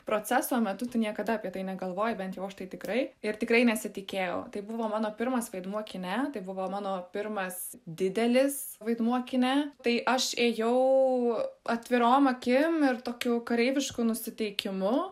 proceso metu tu niekada apie tai negalvoji bent jau aš tai tikrai ir tikrai nesitikėjau tai buvo mano pirmas vaidmuo kine tai buvo mano pirmas didelis vaidmuo kine tai aš ėjau atvirom akim ir tokiu kareivišku nusiteikimu